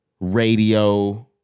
radio